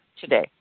today